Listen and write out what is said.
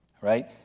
Right